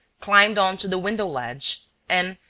climbed on to the window-ledge and,